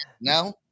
No